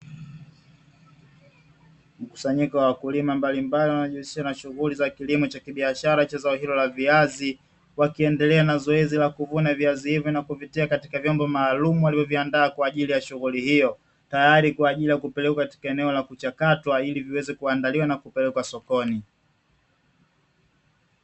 Mkusanyiko wa wakulima mbalimbali wanaojihusisha na shughuli za kilimo cha kibiashara cha zao hilo la viazi, wakiendelea na zoezi la kuvuna viazi hivi na kuvitia katika vyombo maalumu; walivyoviandaa kwa ajili ya shughuli hiyo, tayari kwa ajili ya kupelekwa katika eneo la kuchakatwa ili viweze kuandaliwa na kupelekwa sokoni.